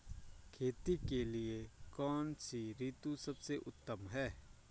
खेती के लिए कौन सी ऋतु सबसे उत्तम है?